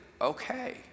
okay